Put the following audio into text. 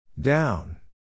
Down